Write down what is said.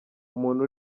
umuntu